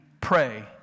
pray